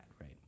right